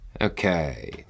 Okay